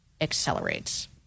accelerates